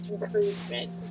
Improvement